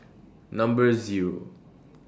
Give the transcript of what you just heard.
Number Zero